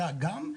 על האגם.